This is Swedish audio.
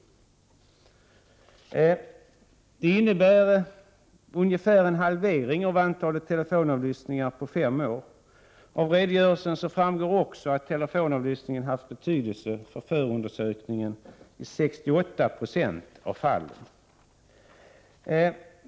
Antalet telefonavlyssningar har nästan halverats på fem år. Av redogörelsen framgår också att telefonavlyssningen har haft betydelse för förundersökningen i 68 96 av fallen.